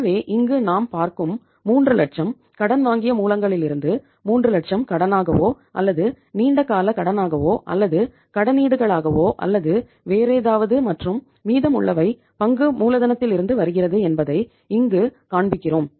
எனவே இங்கு நாம் பார்க்கும் 3 லட்சம் கடன் வாங்கிய மூலங்களிலிருந்து 3 லட்சம் கடனாகவோ அல்லது நீண்ட கால கடனாகவோ அல்லது கடனீடுகளாகவோ அல்லது வேறேதாவது மற்றும் மீதமுள்ளவை பங்கு மூலதனத்திலிருந்து வருகிறது என்பதை இங்கு காண்பிக்கிறோம்